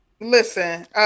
Listen